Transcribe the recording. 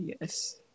Yes